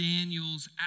Daniel's